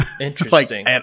Interesting